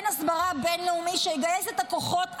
בין-לאומי שיגייס לצידנו את הכוחות הבין-לאומיים,